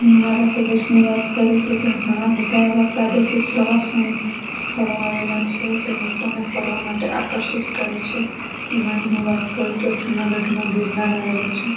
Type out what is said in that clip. મારા પ્રદેશની વાત કરું તો ત્યાં ઘણાં બધા એવાં પ્રાદેશિક પ્રવાસનાં સ્થળો આવેલાં છે જે લોકોને ફરવા માટે આકર્ષિત કરે છે એમાંની હું વાત કરું તો જુનાગઢમાં ગિરનાર આવેલો છે